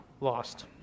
lost